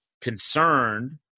concerned